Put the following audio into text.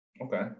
Okay